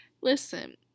Listen